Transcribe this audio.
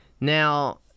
Now